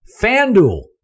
FanDuel